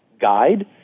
guide